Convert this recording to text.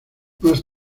más